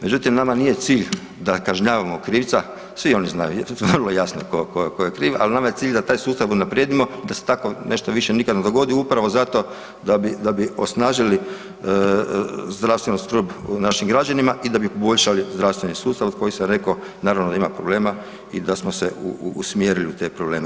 Međutim, nama nije cilj da kažnjavamo krivca, svi oni znaju vrlo jasno ko, ko, ko je kriv, ali nama je cilj da taj sustav unaprijedimo da se tako nešto više nikad ne dogodi upravo zato da bi, da bi osnažili zdravstvenu skrb našim građanima i da bi poboljšali zdravstveni sustav od kojih sam rekao naravno da ima problema i da smo se usmjerili u te probleme.